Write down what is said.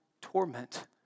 torment